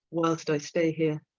whil'st i stay here,